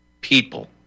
people